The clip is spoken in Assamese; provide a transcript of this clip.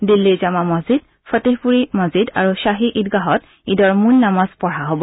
দিল্লীৰ জামা মছজিদ ফটেহপুৰী মছজিদ আৰু শ্বাহী ঈদগাহত ঈদৰ মূল নামাজ পঢ়া হব